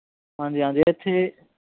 ਹਾਂਜੀ ਹਾਂਜੀ ਇੱਥੇ